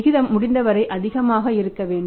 விகிதம் முடிந்தவரை அதிகமாக இருக்க வேண்டும்